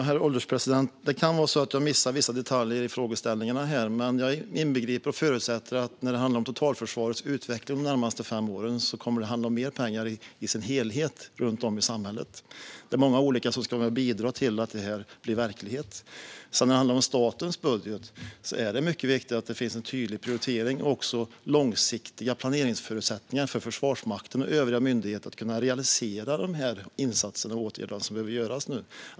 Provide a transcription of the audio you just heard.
Herr ålderspresident! Det kan vara så att jag missar vissa detaljer i frågeställningarna, men när det handlar om totalförsvarets utveckling de närmaste fem åren inbegriper och förutsätter jag att det kommer att handla om mer pengar runt om i samhället i dess helhet. Det är många olika som ska vara med och bidra till att detta blir verklighet. När det handlar om statens budget är det mycket viktigt att det finns en tydlig prioritering och långsiktiga planeringsförutsättningar för Försvarsmakten och övriga myndigheter att realisera de insatser och åtgärder som behövs.